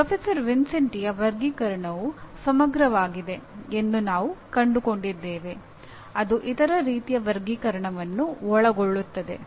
professor ವಿನ್ಸೆಂಟಿಯ ವರ್ಗೀಕರಣವು ಸಮಗ್ರವಾಗಿದೆ ಎಂದು ನಾವು ಕಂಡುಕೊಂಡಿದ್ದೇವೆ ಇದು ಇತರ ರೀತಿಯ ವರ್ಗೀಕರಣವನ್ನು ಒಳಗೊಳ್ಳುತ್ತದೆ